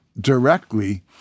directly